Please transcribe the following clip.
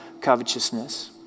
covetousness